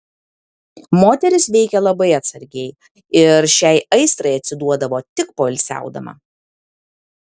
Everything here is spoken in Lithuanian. moteris veikė labai atsargiai ir šiai aistrai atsiduodavo tik poilsiaudama